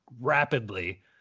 rapidly